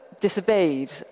disobeyed